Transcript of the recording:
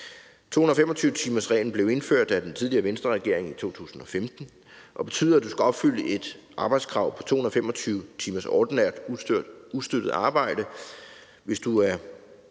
225-timersreglen blev indført af den tidligere Venstreregering i 2015 og betyder, at du skal opfylde et arbejdskrav på 225 timers ordinært ustøttet arbejde, hvis du er